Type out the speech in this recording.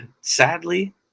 sadly